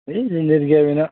है नेट गैया बेना